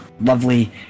lovely